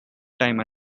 time